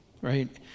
right